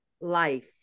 life